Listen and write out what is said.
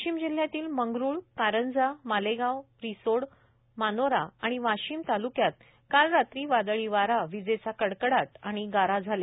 वाशीम जिल्ह्यातील मंगरूळ कारंजा मालेगाव रिसोड मानोरा आणि वाशीम तालुक्यात काल रात्री वादळी वारा विजेचा कडकडाट आणि गारा झाल्या